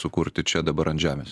sukurti čia dabar ant žemės